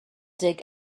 dig